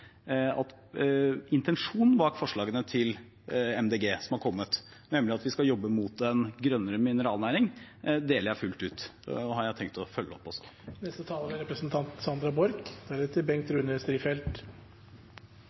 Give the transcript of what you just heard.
at intensjonen bak forslagene til Miljøpartiet De Grønne som er kommet, nemlig at vi skal jobbe mot en grønnere mineralnæring, deler jeg fullt ut, og det har jeg tenkt å følge opp